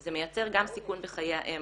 זה מייצר גם סיכון בחיי האם